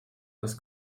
das